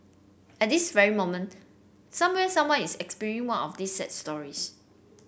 at this very moment somewhere someone is experiencing one of these sad stories